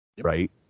right